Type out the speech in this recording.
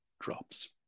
drops